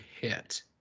hit